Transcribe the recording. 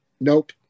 Nope